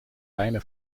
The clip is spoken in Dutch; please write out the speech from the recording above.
bijna